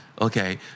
Okay